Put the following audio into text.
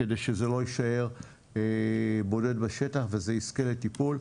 כדי שזה לא יישאר בודד בשטח וזה יזכה לטיפול.